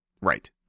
Right